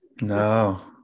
no